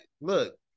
look